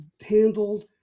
handled